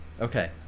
Okay